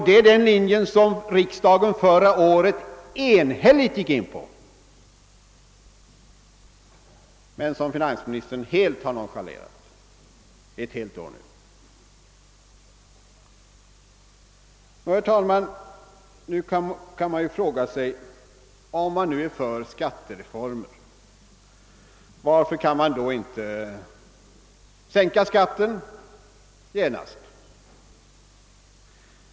Det är den linje som riksdagen förra året enhälligt gick in för men som finansministern helt har nonchalerat ett helt år hittills. Herr talman! Nu kan man fråga sig varför man, om man är för skattereformer, inte kan sänka skatten genast.